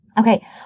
Okay